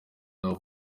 love